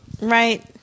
Right